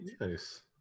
Nice